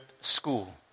school